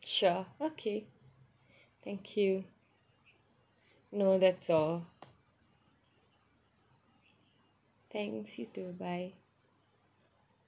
sure okay thank you no that's all thanks you too bye